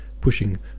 pushing